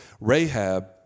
Rahab